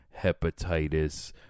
Hepatitis